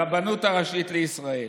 הרבנות הראשית לישראל